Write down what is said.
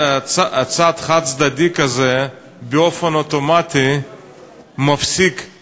צעד חד-צדדי כזה באופן אוטומטי מפסיק את